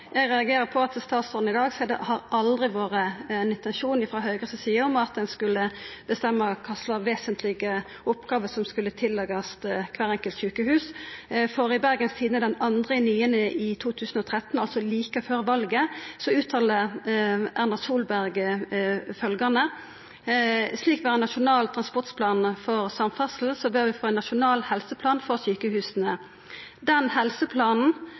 Eg reagerer på at statsråden i dag seier at det aldri har vore ein intensjon frå Høgre si side at ein skulle bestemma kva vesentlege oppgåver som skulle leggjast til kvart enkelt sjukehus. I Bergens Tidende den 2. september i 2013, altså like før valet, uttalte Erna Solberg følgjande: «Slik vi har en Nasjonal transportplan for samferdsel, bør vi få en nasjonal helseplan for sykehusene.» Og vidare: at den helseplanen